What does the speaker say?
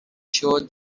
sure